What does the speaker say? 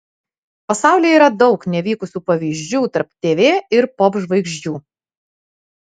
pasaulyje yra daug nevykusių pavyzdžių tarp tv ir popžvaigždžių